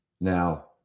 Now